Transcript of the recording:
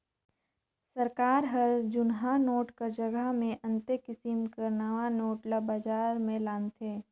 सरकार हर जुनहा नोट कर जगहा मे अन्ते किसिम कर नावा नोट ल बजार में लानथे